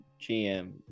GM